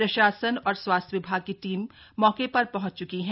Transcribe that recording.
प्रशासन और स्वास्थ्य विभाग की टीम मौके पर पहंच चुकी है